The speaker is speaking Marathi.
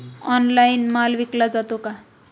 ऑनलाइन माल विकला जातो का?